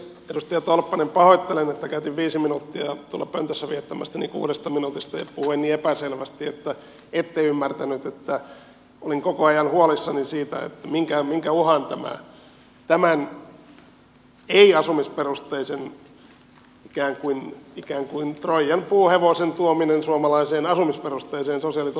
edustaja tolppanen pahoittelen että käytin viisi minuuttia tuolla pöntössä viettämästäni kuudesta minuutista ja puhuin niin epäselvästi että ette ymmärtänyt että olin koko ajan huolissani siitä minkä uhan tämän ei asumisperusteisen ikään kuin troijan puuhevosen tuominen suomalaiseen asumisperusteiseen sosiaaliturvaan muodostaa